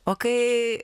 o kai